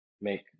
make